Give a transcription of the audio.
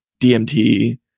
DMT